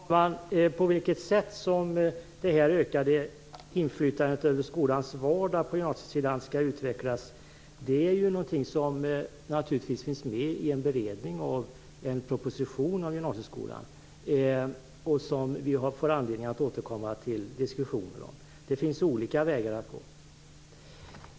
Fru talman! På vilket sätt det ökade inflytandet på skolans vardag på gymnasiesidan skall utvecklas är någonting som finns med i en beredning av en proposition om gymnasieskolan som vi får anledning att återkomma till. Det finns olika vägar att gå.